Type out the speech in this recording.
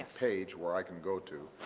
page where i can go to